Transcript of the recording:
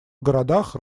городах